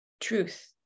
truth